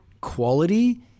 quality